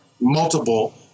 multiple